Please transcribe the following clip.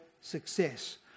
success